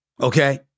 Okay